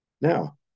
Now